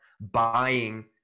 Buying